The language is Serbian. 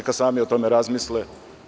Neka sami o tome razmisle.